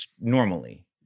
normally